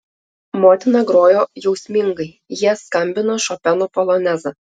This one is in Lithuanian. motina grojo jausmingai jie skambino šopeno polonezą